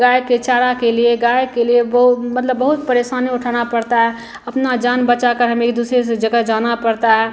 गाय के चारा के लिए गाय के लिए बहु मतलब बहुत परेशानी उठानी पड़ती है अपनी जान बचाकर हमें एक जगह से दूसरी जगह जाना पड़ता है